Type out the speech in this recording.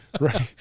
Right